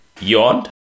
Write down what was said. yawned